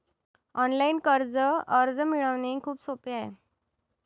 online कर्ज अर्ज मिळवणे खूप सोपे आहे